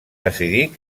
decidir